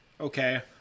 Okay